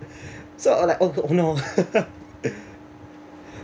so I was like oh oh no